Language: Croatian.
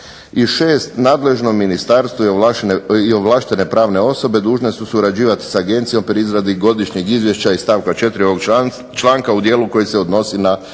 I 6. nadležno Ministarstvo i ovlaštene pravne osobe dužne su surađivati s Agencijom pri izradi godišnjeg izvješća iz stavka 4. ovog članka u dijelu koji se odnosi na